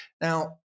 Now